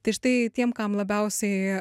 tai štai tiem kam labiausiai